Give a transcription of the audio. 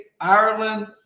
Ireland